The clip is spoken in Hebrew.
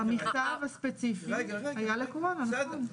המכתב הספציפי היה לקורונה, נכון.